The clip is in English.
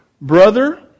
Brother